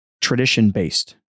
tradition-based